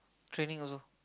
training also